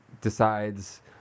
decides